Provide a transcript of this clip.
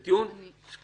על טיעון כזה,